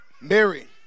Mary